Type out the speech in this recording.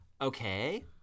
Okay